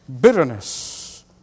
bitterness